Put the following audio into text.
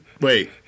wait